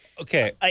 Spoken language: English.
Okay